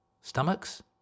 stomachs